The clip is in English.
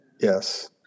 Yes